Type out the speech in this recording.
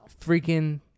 freaking